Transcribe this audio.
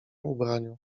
ubraniu